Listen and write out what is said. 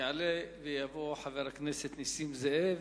יעלה ויבוא חבר הכנסת נסים זאב.